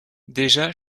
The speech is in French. déjà